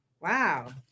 Wow